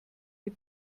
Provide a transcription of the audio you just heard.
die